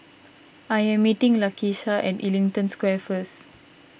I am meeting Lakesha at Ellington Square first